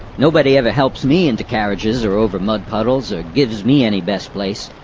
nobody ever helps me into carriages, or over mud-puddles or gives me any best place.